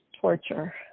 torture